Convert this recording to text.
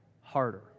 harder